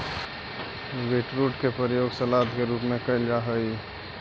beetroot के प्रयोग सलाद के रूप में कैल जा हइ